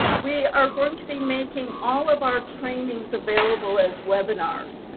we are going to be making all of our trainings available as webinars.